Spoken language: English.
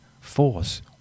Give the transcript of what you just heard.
force